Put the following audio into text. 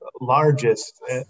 largest